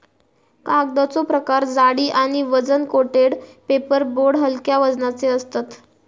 कागदाचो प्रकार जाडी आणि वजन कोटेड पेपर बोर्ड हलक्या वजनाचे असतत